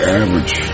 average